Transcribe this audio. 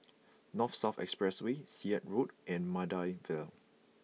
North South Expressway Sirat Road and Maida Vale